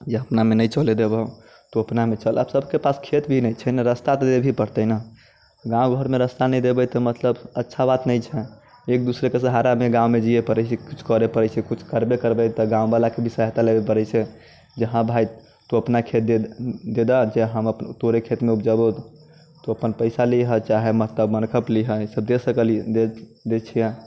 जे अपनामे नहि चलै देबौ तु अपनामे चल आब सभकेँ पास खेत भी नहि छै नहि रास्ता तऽ देबैहे पड़तै ने गाँव घरमे रास्ता नहि देबै तऽ मतलब अच्छा बात नहि छै एक दूसरेके सहारामे गाँवमे जियऽ पड़ैत छै किछु करै पड़ैत छै किछु करबै करबै तऽ गाँव बलाके भी सहायता लेबै पड़ैत छै जे हँ भाइ तू अपना खेत दे दे दऽ जे हम तोरे खेतमे उपजेबौ तो अपना पैसा लिहऽ चाहे मसतब मनखब लिहऽ ई सभ दऽ सकलियै दै छियै